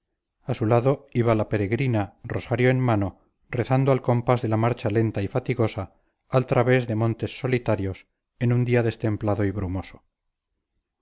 a su lado iba la peregrina rosario en mano rezando al compás de la marcha lenta y fatigosa al través de montes solitarios en un día destemplado y brumoso